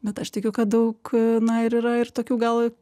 bet aš tikiu kad daug na ir yra ir tokių gal